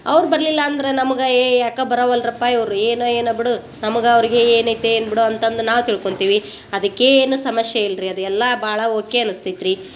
ಅವ್ರು ಬರಲಿಲ್ಲ ಅಂದ್ರೆ ನಮ್ಗೆ ಏಯ್ ಯಾಕೆ ಬರವಲ್ದ್ರಪ್ಪಾ ಇವ್ರು ಏನು ಏನು ಬಿಡು ನಮ್ಗೆ ಅವರಿಗೆ ಏನೈತೆ ಏನು ಬಿಡೊ ಅಂತಂದು ನಾವು ತಿಳ್ಕೊಳ್ತೀವಿ ಅದಕ್ಕೆ ಏನು ಸಮಸ್ಯೆ ಇಲ್ರಿ ಅದು ಎಲ್ಲಾ ಭಾಳ ಓಕೆ ಅನಸ್ತೈತ್ರಿ